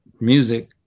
music